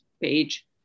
page